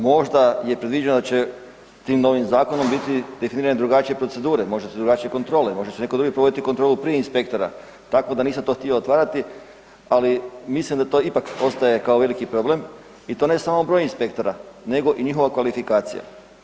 Možda je predviđeno da će tim novim zakonom biti definirane drugačije procedure, možda su drugačije kontrole, možda će neko drugi provoditi kontrolu prije inspektora, tako da nisam to htio otvarati, ali mislim da to ipak ostaje kao veliki problem i to ne samo broj inspektora nego i njihova kvalifikacija.